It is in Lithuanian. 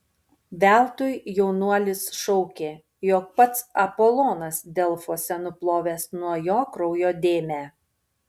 veltui jaunuolis šaukė jog pats apolonas delfuose nuplovęs nuo jo kraujo dėmę